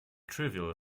trivial